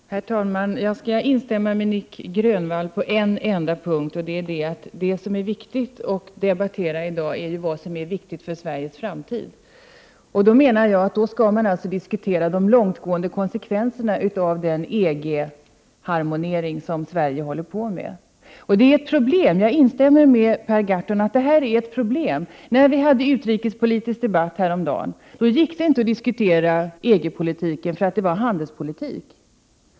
Herr talman! Jag skall instämma i Nic Grönvalls anförande på en enda punkt, nämligen att det som är viktigt att debattera i dag är vad som är viktigt för Sveriges framtid. Då skall man diskutera de långtgående konsekvenserna av den EG-harmonisering som Sverige håller på med. Jag instämmer med Per Gahrton i att detta är ett problem. I den utrikespolitiska debatten häromdagen gick det inte att diskutera EG-politiken, eftersom det är handelspolitik.